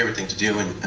um thing to do and